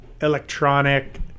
electronic